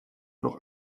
noch